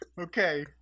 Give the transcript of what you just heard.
okay